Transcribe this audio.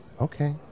Okay